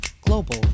global